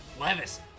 Levis